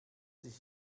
sich